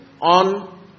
on